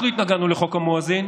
אנחנו התנגדנו לחוק המואזין,